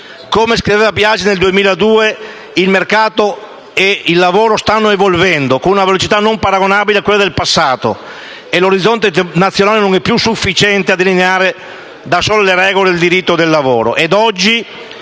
Come scriveva Biagi nel 2002, il mercato e l'organizzazione del lavoro si stanno evolvendo con una velocità non paragonabile a quella del passato e l'orizzonte nazionale non è più sufficiente a delineare, da solo, le regole del diritto del mercato